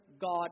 God